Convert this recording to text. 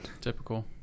Typical